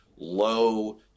low